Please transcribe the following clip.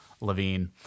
Levine